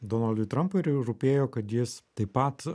donaldui trampui ir rūpėjo kad jis taip pat